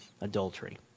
adultery